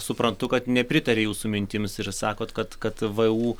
suprantu kad nepritaria jūsų mintims ir sakot kad kad vu